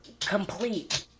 complete